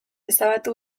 ezabatu